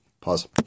Pause